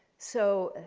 so,